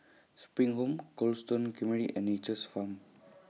SPRING Home Cold Stone Creamery and Nature's Farm